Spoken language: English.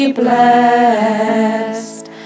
blessed